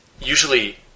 usually